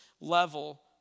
level